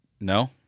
No